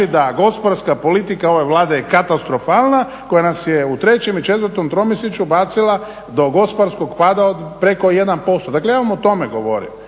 da gospodarska politika ove Vlade je katastrofalna koja nas je u 3. i 4. tromjesečju bacila do gospodarskog pada od preko 1%, dakle ja vam o tome govorim.